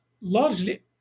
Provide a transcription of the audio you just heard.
largely